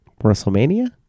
WrestleMania